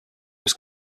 was